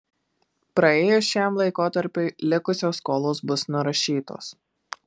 praėjus šiam laikotarpiui likusios skolos bus nurašytos